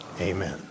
Amen